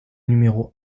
numéro